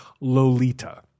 Lolita